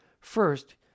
First